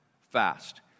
fast